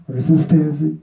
Resistance